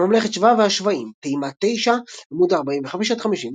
רובין, "ממלכת שבא והשבאים", תימא 9, עמ' 45–58